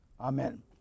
Amen